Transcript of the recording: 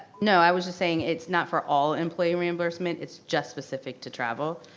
no, i was just saying, it's not for all employee reimbursement. it's just specific to travel.